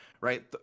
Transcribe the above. right